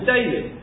David